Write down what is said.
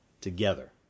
together